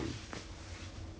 orh 你爸爸的 ah